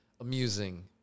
amusing